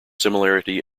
similarity